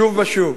שוב ושוב,